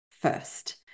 first